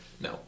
No